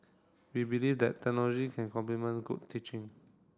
we believe that technology can complement good teaching